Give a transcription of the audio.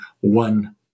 one